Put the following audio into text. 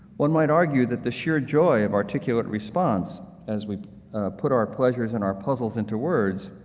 one might argue that the sheer joy of articulate response, as we put our pleasures and are puzzles into words,